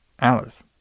Alice